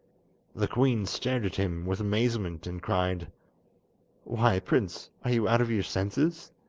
the queen stared at him with amazement, and cried why, prince, are you out of your senses?